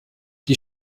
die